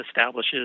establishes